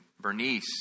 Bernice